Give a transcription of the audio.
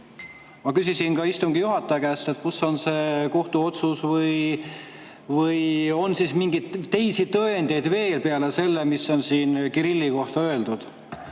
Ma küsisin ka istungi juhataja käest, kus on see kohtuotsus või kas on mingeid teisi tõendeid veel peale selle, mis on siin Kirilli kohta öeldud.